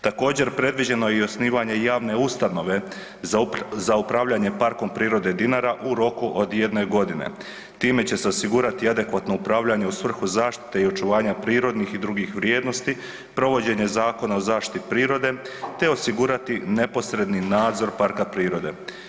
Također predviđeno je i osnivanje javne ustanove za upravljanje Parkom prirode Dinara u roku od 1.g. Time će se osigurati adekvatno upravljanje u svrhu zaštite i očuvanja prirodnih i drugih vrijednosti, provođenje Zakona o zaštiti prirode, te osigurati neposredni nadzor parka prirode.